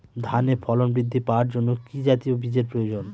ধানে ফলন বৃদ্ধি পাওয়ার জন্য কি জাতীয় বীজের প্রয়োজন?